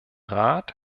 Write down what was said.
rat